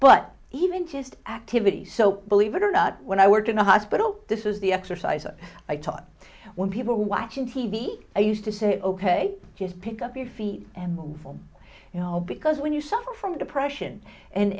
but even just activity so believe it or not when i worked in a hospital this is the exercises i taught when people were watching t v i used to say ok just pick up your feet and move on you know because when you suffer from depression and